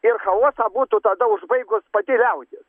ir chaosą būtų tada užbaigus pati liaudis